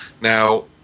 Now